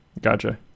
Gotcha